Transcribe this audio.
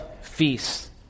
feasts